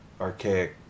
archaic